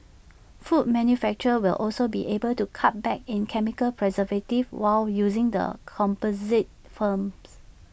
food manufacturers will also be able to cut back in chemical preservatives while using the composite films